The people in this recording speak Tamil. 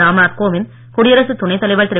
ராம்நாத் கோவிந்த் குடியரசுத் துணைத் தலைவர் திரு